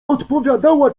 odpowiadała